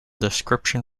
description